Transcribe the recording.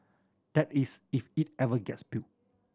that is if it ever gets built